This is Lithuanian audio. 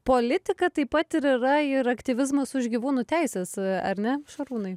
politika taip pat ir yra ir aktyvizmas už gyvūnų teises ar ne šarūnai